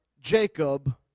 Jacob